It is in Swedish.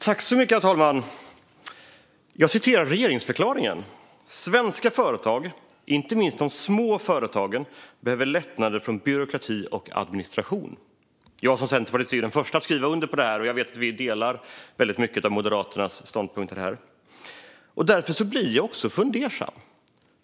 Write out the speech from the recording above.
Herr talman! Jag citerar regeringsförklaringen: "Svenska företag - inte minst de många små företagen - behöver lättnader från byråkrati och administration." Jag som centerpartist är den förste att skriva under på detta, och jag vet att vi delar mycket av Moderaternas ståndpunkter här. Därför blir jag också fundersam.